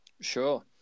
Sure